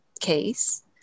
case